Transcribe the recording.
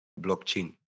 blockchain